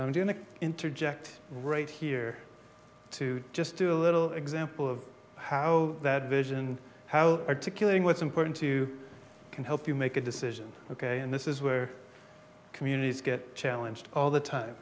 know interject right here to just do a little example of how that vision how articulating what's important to can help you make a decision ok and this is where communities get challenged all the time